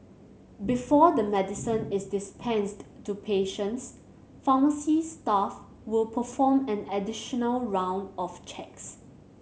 before the medicine is dispensed to patients pharmacy staff will perform an additional round of checks